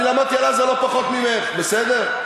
אני למדתי על עזה לא פחות ממך, בסדר?